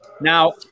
Now